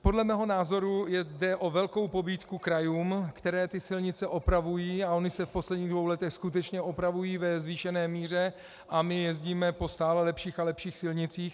Podle mého názoru jde o velkou pobídku krajům, které ty silnice opravují, a ony se v posledních dvou letech skutečně opravují ve zvýšené míře a my jezdíme po stále lepších a lepších silnicích.